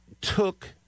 took –